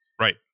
Right